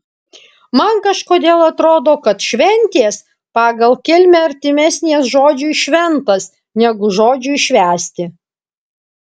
man kažkodėl atrodo kad šventės pagal kilmę artimesnės žodžiui šventas negu žodžiui švęsti